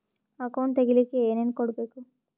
Account ತೆಗಿಲಿಕ್ಕೆ ಏನೇನು ಕೊಡಬೇಕು?